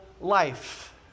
life